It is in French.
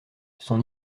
son